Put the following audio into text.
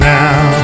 now